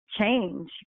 change